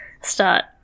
start